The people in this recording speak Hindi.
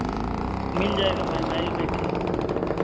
मिल जाएगा मेम आईए बैठिए